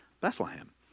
Bethlehem